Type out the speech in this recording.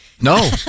No